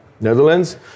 Netherlands